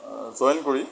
join কৰি